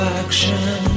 action